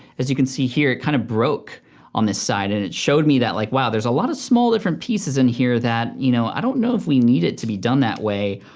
as you can see here, it kind of broke on this side and it showed me that, like, wow, there's a lot of small different pieces in here that you know i don't know if we need it to be done that way.